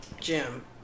Jim